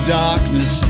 darkness